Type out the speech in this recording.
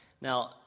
Now